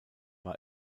war